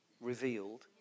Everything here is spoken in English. revealed